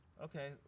Okay